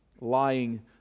lying